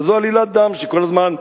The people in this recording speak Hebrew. אז זו עלילת דם שכל הזמן,